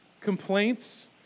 complaints